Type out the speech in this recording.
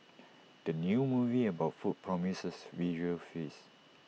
the new movie about food promises visual feast